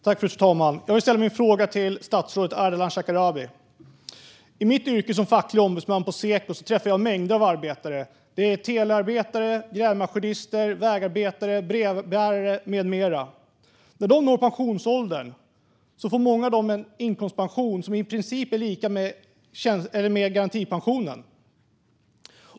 Fru talman! Jag vill ställa min fråga till statsrådet Ardalan Shekarabi. I mitt yrke som facklig ombudsman på Seko träffar jag mängder av arbetare. Det är telearbetare, grävmaskinister, vägarbetare, brevbärare med flera. När de når pensionsåldern får många av dem en inkomstpension som i princip är lika med garantipensionen.